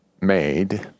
made